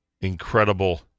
incredible